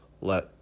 Let